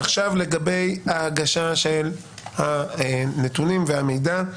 לגבי הגשה של נתונים ומידע: